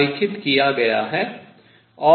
आरेखित किया गया है